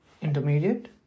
intermediate